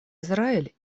израиль